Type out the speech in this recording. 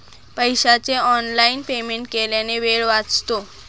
पैशाचे online payment केल्याने वेळ वाचतो